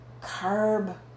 carb